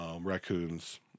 raccoons